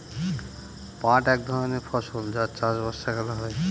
পাট এক ধরনের ফসল যার চাষ বর্ষাকালে হয়